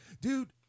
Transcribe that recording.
dude